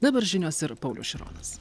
dabar žinios ir paulius šironas